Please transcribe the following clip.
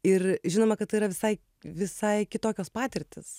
ir žinoma kad tai yra visai visai kitokios patirtys